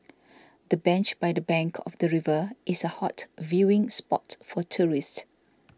the bench by the bank of the river is a hot viewing spot for tourists